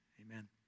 Amen